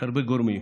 יש הרבה גורמים: